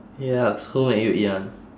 yucks who made you eat [one]